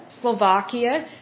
Slovakia